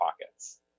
pockets